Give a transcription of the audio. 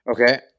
Okay